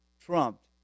trumped